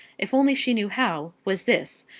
if only she knew how, was this,